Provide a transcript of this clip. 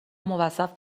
موظف